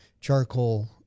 charcoal